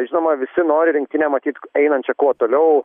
žinoma visi nori rinktinę matyt einančią kuo toliau